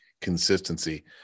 Consistency